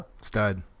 Stud